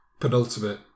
penultimate